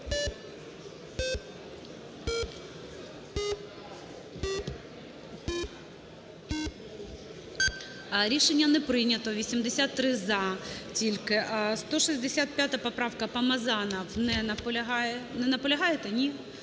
Рішення не прийнято. 83 "за" тільки. 165 поправка. Помазанов не наполягає. Не наполягаєте, ні?